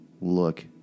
look